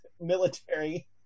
military